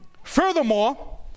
Furthermore